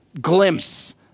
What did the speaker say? glimpse